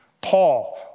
Paul